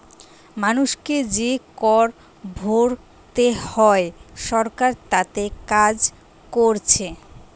মানুষকে যে কর ভোরতে হয় সরকার তাতে কাজ কোরছে